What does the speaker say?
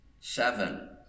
Seven